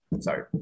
Sorry